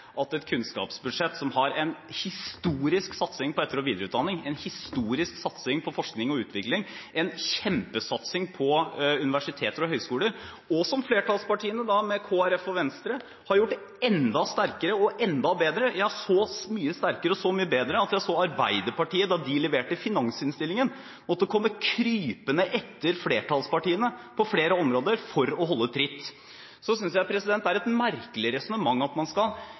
fram et budsjett som innebærer en realnedgang i skolebudsjettet utenom etter- og videreutdanning, og hvordan kan han så til de grader bli taperen i regjeringas budsjettarbeid? Det er helt utrolig å høre på noen av spørsmålene og påstandene fra Arbeiderpartiet. Dette kunnskapsbudsjettet har en historisk satsing på etter- og videreutdanning, en historisk satsing på forskning og utvikling, en kjempesatsing på universiteter og høyskoler, og flertallspartiene med Kristelig Folkeparti og Venstre har gjort det enda sterkere og enda bedre – ja, så mye sterkere og så mye bedre at jeg så